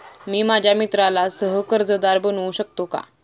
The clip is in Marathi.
मी माझ्या मित्राला सह कर्जदार बनवू शकतो का?